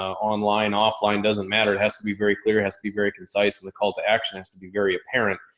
online, offline doesn't matter. it has to be very clear. it has to be very concise and the call to action has to be very apparent.